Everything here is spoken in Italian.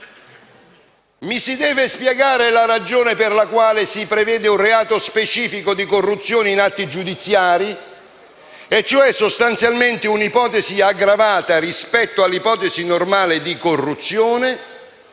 mi si deve spiegare il motivo per cui si prevede un reato specifico di corruzione in atti giudiziari, e cioè sostanzialmente un'ipotesi aggravata rispetto all'ipotesi normale di corruzione,